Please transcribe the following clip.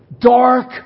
dark